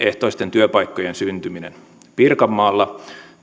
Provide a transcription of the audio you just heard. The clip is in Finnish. työpaikkojen syntyminen pirkanmaalla